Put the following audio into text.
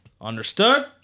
Understood